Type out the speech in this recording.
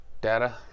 data